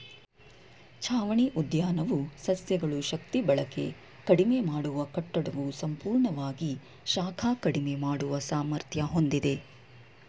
ಛಾವಣಿ ಉದ್ಯಾನವು ಸಸ್ಯಗಳು ಶಕ್ತಿಬಳಕೆ ಕಡಿಮೆ ಮಾಡುವ ಕಟ್ಟಡವು ಸಂಪೂರ್ಣವಾಗಿ ಶಾಖ ಕಡಿಮೆ ಮಾಡುವ ಸಾಮರ್ಥ್ಯ ಹೊಂದಿವೆ